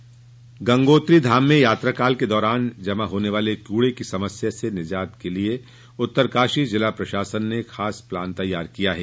कूड़ा प्रबंधन गंगोत्री धाम में यात्राकाल के दौरान जमा होने वाले कूड़े की समस्या से निजात पाने के लिए उत्तरकाशी जिला प्रशासन ने खास प्लान तैयार किया है